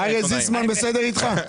אריה זיסמן בסדר איתך?